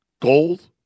Gold